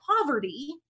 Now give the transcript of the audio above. poverty